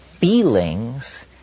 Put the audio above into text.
feelings